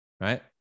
right